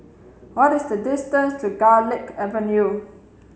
what is the distance to Garlick Avenue